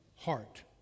heart